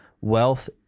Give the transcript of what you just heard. wealth